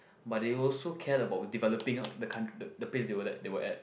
but they also cared about developing out the count~ the pace place they were that they were at